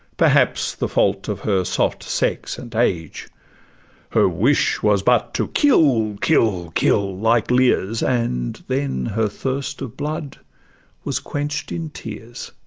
perhaps the fault of her soft sex and age her wish was but to kill, kill, kill like lear's, and then her thirst of blood was quench'd in tears.